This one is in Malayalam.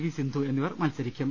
വി സിന്ധു എന്നിവർ മത്സരിക്കും